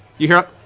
you hear a